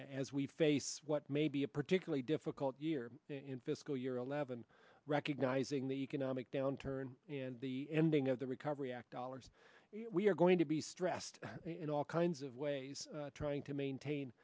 as we face what may be a particularly difficult year in fiscal year zero levin recognizing the economic downturn the ending of the recovery act dollars we're going to be stressed in all kinds of ways trying to maintain